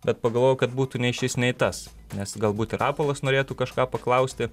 bet pagalvojau kad būtų nei šis nei tas nes galbūt ir rapolas norėtų kažką paklausti